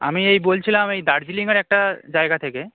আমি এই বলছিলাম এই দার্জিলিংয়ের একটা জায়গা থেকে